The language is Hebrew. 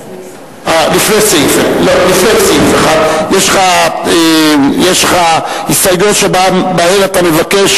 לפני סעיף 1. יש לך הסתייגויות שבהן אתה מבקש